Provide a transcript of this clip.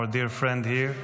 our dear friend here.